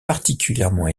particulièrement